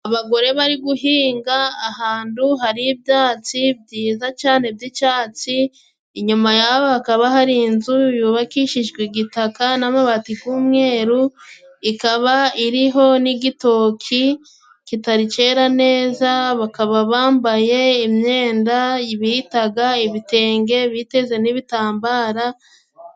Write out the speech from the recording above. Abagore bari guhinga ahantu hari ibyatsi byiza cyane by'icyatsi, inyuma yaho hakaba hari inzu yubakishijwe igitaka n'amabati gw'umweru, ikaba iriho n'igitoki kitari cyera neza, bakaba bambaye imyenda bitaga ibitenge biteze n'ibitambara.